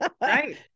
Right